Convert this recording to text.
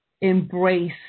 embrace